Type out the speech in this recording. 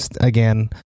again